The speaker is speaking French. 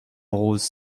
rose